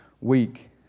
week